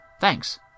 thanks